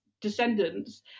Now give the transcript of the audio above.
descendants